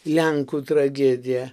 lenkų tragedija